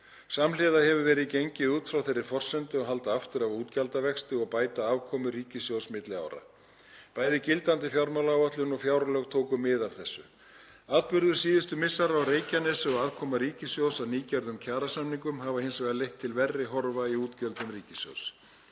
Samhliða hefur verið gengið út frá þeirri forsendu að halda aftur af útgjaldavexti og bæta afkomu ríkissjóðs milli ára. Bæði gildandi fjármálaáætlun og fjárlög tóku mið af þessu. Atburður síðustu missera á Reykjanesi og aðkoma ríkissjóðs að nýgerðum kjarasamningum hafa hins vegar leitt til verri horfa í útgjöldum ríkissjóðs.